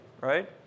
right